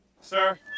Sir